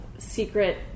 Secret